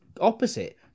opposite